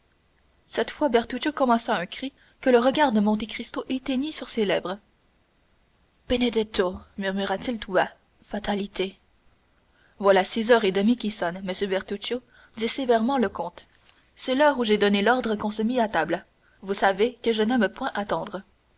cette fois bertuccio commença un cri que le regard de monte cristo éteignit sur ses lèvres benedetto murmura-t-il tout bas fatalité voilà six heures et demie qui sonnent monsieur bertuccio dit sévèrement le comte c'est l'heure où j'ai donné l'ordre qu'on se mît à table vous savez que je n'aime point à attendre